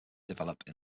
develop